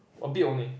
a bit only